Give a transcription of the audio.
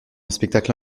spectacle